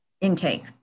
intake